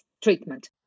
treatment